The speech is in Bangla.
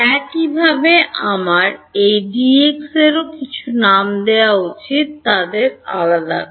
একইভাবে আমার এই Dx র কিছু নাম দেওয়া উচিত তাদের আলাদা করা